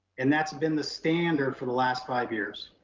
and that's been the standard for the last five years.